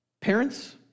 Parents